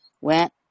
Went